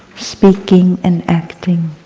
speaking, and acting.